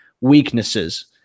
weaknesses